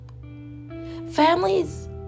Families